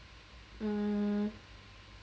mm